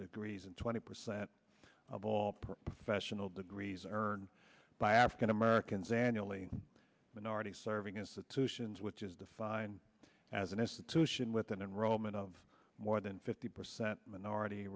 reason twenty percent of all professional degrees earned by african americans annually minority serving institutions which is defined as an institution with an enrollment of more than fifty percent minority